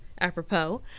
apropos